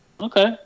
Okay